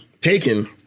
taken